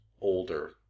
older